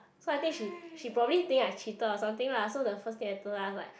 so I think she she probably think I cheated or something lah so the first time I told her I was like